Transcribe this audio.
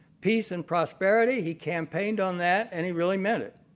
peace and prosperity, he campaigned on that and he really meant it.